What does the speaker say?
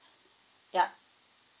yup